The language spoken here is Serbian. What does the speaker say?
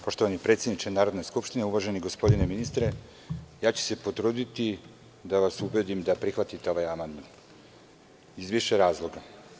Poštovani predsedniče Narodne skupštine, uvaženi gospodine ministre, potrudiću se da vas ubedim da prihvatite ovaj amandman iz više razloga.